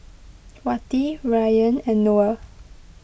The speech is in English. Wati Ryan and Noah